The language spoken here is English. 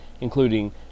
including